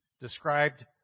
described